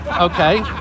Okay